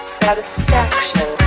satisfaction